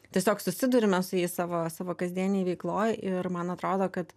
tiesiog susiduriame su jais savo savo kasdienėj veikloj ir man atrodo kad